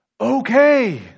okay